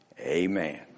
Amen